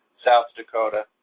south dakota,